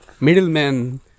middlemen